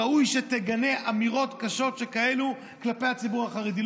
ראוי שתגנה אמירות קשות שכאלה כלפי הציבור החרדי.